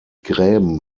gräben